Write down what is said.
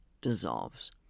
dissolves